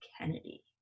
Kennedy